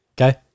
Okay